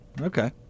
Okay